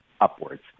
upwards